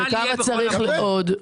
וכמה צריך עוד.